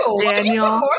Daniel